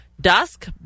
dusk